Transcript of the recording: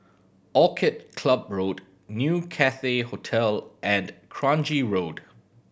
Orchid Club Road New Cathay Hotel and Kranji Road